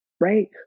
Right